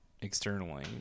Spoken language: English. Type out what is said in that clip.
externally